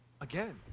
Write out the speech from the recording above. Again